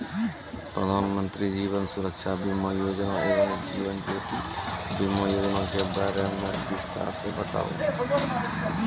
प्रधान मंत्री जीवन सुरक्षा बीमा योजना एवं जीवन ज्योति बीमा योजना के बारे मे बिसतार से बताबू?